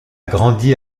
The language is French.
grandi